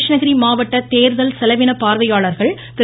கிருஷ்ணகிரி மாவட்ட தேர்தல் செலவின பார்வையாளர்கள் திரு